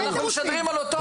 אנחנו משדרים על אותו ערוץ.